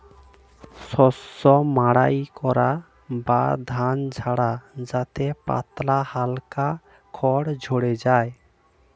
শস্য মাড়াই করা বা ধান ঝাড়া যাতে পাতলা হালকা খড় ঝড়ে যায়